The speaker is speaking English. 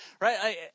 right